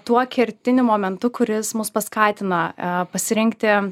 tuo kertiniu momentu kuris mus paskatina pasirinkti